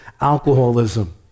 alcoholism